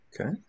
Okay